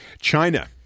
China